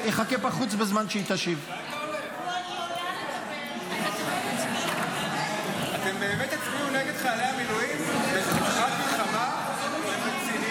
בגלל זה הם רוצים להצביע נגד חיילי המילואים אבל בעד המורות החרדיות.